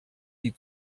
die